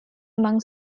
among